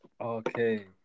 okay